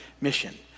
mission